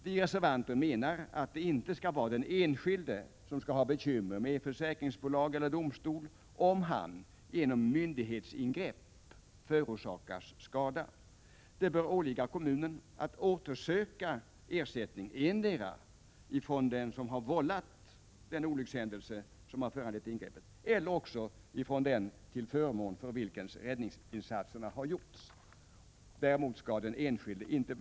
Vi menar att det inte skall vara den enskilde som skall ha bekymmer med försäkringsbolag eller domstol, om han genom myndighetsingrepp förorsakats skada. Det bör åligga kommunen att återsöka ersättning endera från den som vållat den olyckshändelse som föranlett ingreppet eller från den till förmån för vilken räddningsinsatsen gjorts.